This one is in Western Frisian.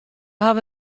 hawwe